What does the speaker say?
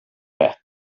rätt